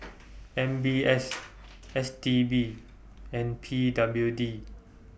M B S S T B and P W D